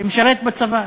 שמשרת בצבא,